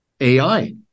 AI